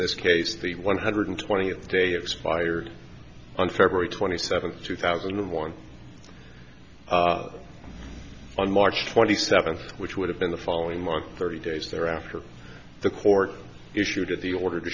this case the one hundred twenty day expired on february twenty seventh two thousand and one on march twenty seventh which would have been the following month thirty days thereafter the court issued at the order to